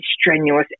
strenuous